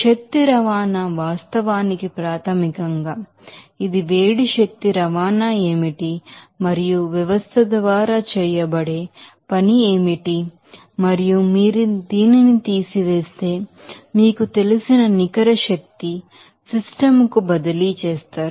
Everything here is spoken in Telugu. శక్తి రవాణా వాస్తవానికి ప్రాథమికంగా ఇది వేడి శక్తి రవాణా ఏమిటి మరియు వ్యవస్థ ద్వారా చేయబడే పని ఏమిటి మరియు మీరు దీనిని తీసివేస్తే మీకు తెలిసిన నికర శక్తిని సిస్టమ్ కు బదిలీ చేస్తారు